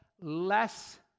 less